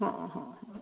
हां हां हां